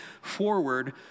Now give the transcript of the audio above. forward